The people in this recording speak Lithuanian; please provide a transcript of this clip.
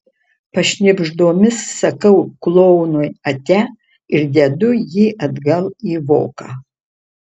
pašnibždomis sakau klounui ate ir dedu jį atgal į voką